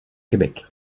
québec